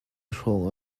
hrawng